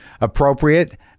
appropriate